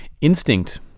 Instinct